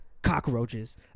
Cockroaches